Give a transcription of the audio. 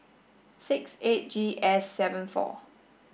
six eight G S seven four